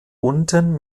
unten